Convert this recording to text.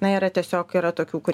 na yra tiesiog yra tokių kurie